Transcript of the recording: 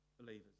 believers